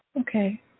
Okay